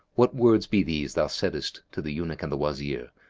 what words be these thou saddest to the eunuch and the wazir,